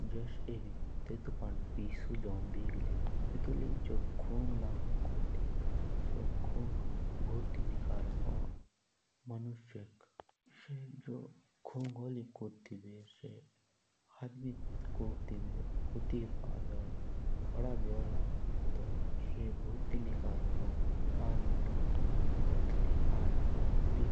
होन। जुस कुत्ते पंडो पिसु जाओन बिगली और जो खुँग लागो कुत्तो पंडी सो खोंग भूति निकलि होन सो आदमीक। जे आदमी तेसके नजदीक खुदा होला तो से भूति हानिकारक होण्दी आदमीक।